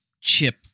chip